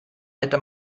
hätte